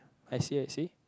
I see I see